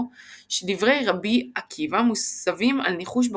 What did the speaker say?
שדברי רבי עקיבא מוסבים על ניחוש בכוכבים,